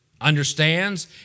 understands